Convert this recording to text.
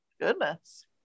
Goodness